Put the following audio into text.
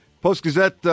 Post-Gazette